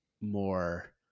more